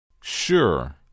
Sure